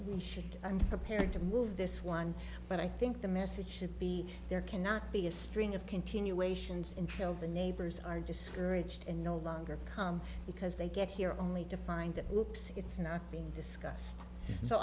we should and prepared to move this one but i think the message should be there cannot be a string of continuations infill the neighbors are discouraged and no longer come because they get here only to find that looks it's not being discussed so